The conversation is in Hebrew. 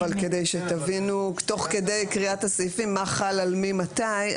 כדי שתבינו תוך כדי קריאת הסעיפים מה חל על מי ומתי,